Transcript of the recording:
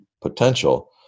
potential